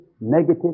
negative